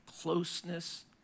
closeness